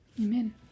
Amen